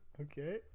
okay